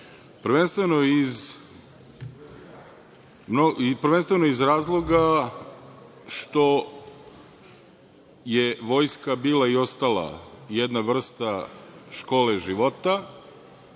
uslove? Prvenstveno iz razloga što Vojska bila i ostala jedna vrsta škole života.